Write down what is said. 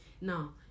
Now